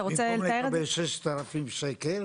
במקום לקבל 6000 שקל